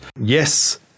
yes